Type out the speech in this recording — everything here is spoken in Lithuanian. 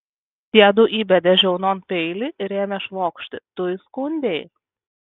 tiedu įbedė žiaunon peilį ir ėmė švokšti tu įskundei